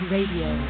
Radio